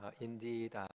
Indeed